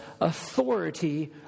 authority